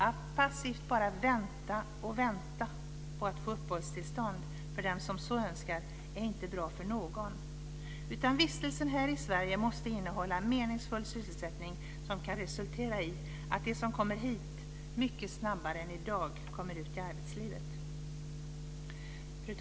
Att passivt bara vänta och vänta på att få uppehållstillstånd för den som så önskar är inte bra för någon, utan vistelsen här i Sverige måste innehålla en meningsfull sysselsättning som kan resultera i att de som kommer hit mycket snabbare än i dag kommer ut i arbetslivet. Fru talman!